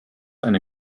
eine